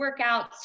workouts